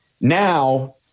now